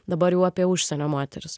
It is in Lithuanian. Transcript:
dabar jau apie užsienio moteris